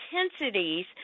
intensities